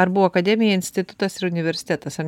ar buvo akademija institutas ir universitetas ar